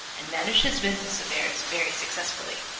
and managed his business affairs very successfully,